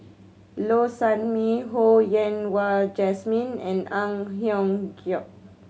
Low Sanmay Ho Yen Wah Jesmine and Ang Hiong Giok